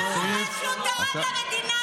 כמה שהוא תרם למדינה?